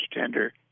tender